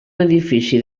edifici